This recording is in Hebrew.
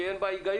שאין בה היגיון.